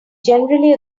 generally